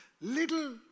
Little